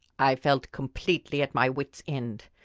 i felt completely at my wit's end!